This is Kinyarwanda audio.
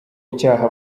icyaha